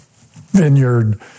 vineyard